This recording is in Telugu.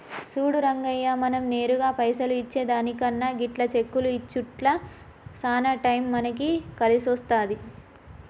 సూడు రంగయ్య మనం నేరుగా పైసలు ఇచ్చే దానికన్నా గిట్ల చెక్కులు ఇచ్చుట్ల సాన టైం మనకి కలిసొస్తాది